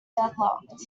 deadlocked